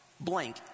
Blank